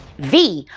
vee,